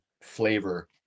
flavor